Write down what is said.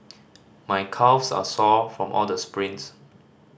my calves are sore from all the sprints